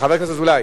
חבר הכנסת אזולאי,